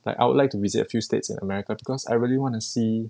like I would like to visit a few states in america because I really wanna see